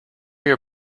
your